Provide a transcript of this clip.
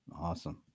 Awesome